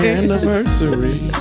anniversary